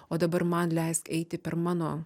o dabar man leisk eiti per mano